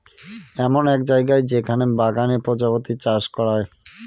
এমন এক জায়গা যেখানে বাগানে প্রজাপতি চাষ করে